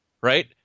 Right